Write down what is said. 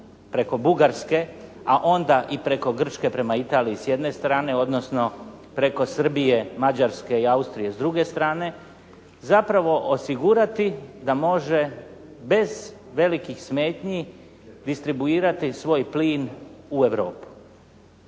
preko Bugarske, a onda i preko Grčke prema Italiji s jedne strane, odnosno preko Srbije, Mađarske i Austrije s druge strane, zapravo osigurati da može bez velikih smetnji distribuirati svoj plin u Europu.